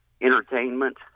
entertainment